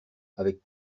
avec